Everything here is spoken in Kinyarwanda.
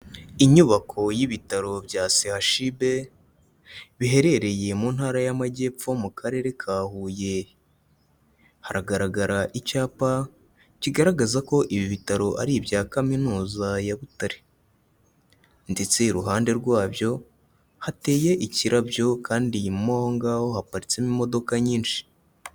Inyubako y'ibitaro bya CHUB, biherereye mu Ntara y'Amajyepfo mu Karere ka Huye. Haragaragara icyapa kigaragaza ko ibi bitaro ari ibya kaminuza ya Butare. Ndetse iruhande rwabyo hateye ikirabyo kandi mo aho ngaho haparitsemo imodoka nyinshi.